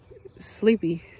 sleepy